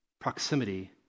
proximity